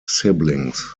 siblings